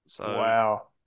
Wow